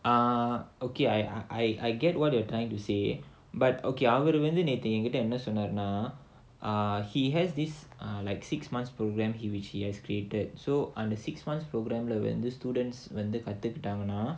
ah okay I I get what you are trying to say but okay அவரு வந்து என்கிட்ட நேத்து என்ன சொன்னாருன்னா:avaru vandhu enkitta nethu enna sonnaarunaa uh he has this like six months programme he which he has created so under six months programme கத்துக்கிட்டாங்கனா:kathukittaanganaa